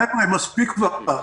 חבר'ה, מספיק כבר.